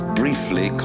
briefly